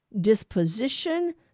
disposition